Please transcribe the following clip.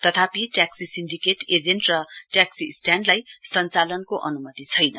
तथापि taxi syndicate agent र taxi स्टाण्डलाई सञ्चालनको अन्मति छैन